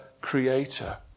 Creator